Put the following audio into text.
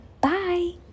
bye